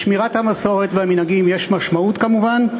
לשמירת המסורת והמנהגים יש משמעות כמובן,